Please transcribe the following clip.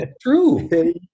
True